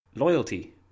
Loyalty